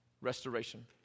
restoration